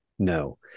no